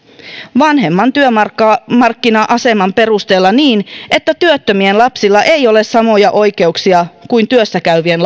vanhemman työmarkkina työmarkkina aseman perusteella niin että työttömien lapsilla ei ole samoja oikeuksia kuin työssäkäyvien